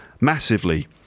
massively